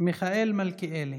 מיכאל מלכיאלי.